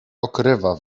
okrywa